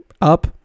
up